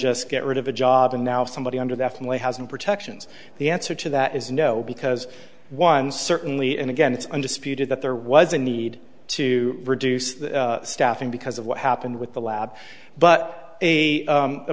just get rid of a job and now somebody under that family hasn't protections the answer to that is no because one certainly and again it's undisputed that there was a need to reduce the staffing because of what happened with the lab but a